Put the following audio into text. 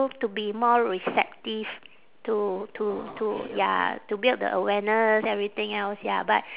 to be more receptive to to to ya to build the awareness everything else ya but